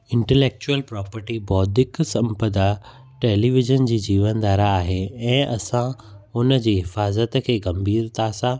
intellectual property बौद्धिक संपदा television जी जीवनधारा आहे ऐं असां हुन जी हिफाज़त खे गंभीरता सां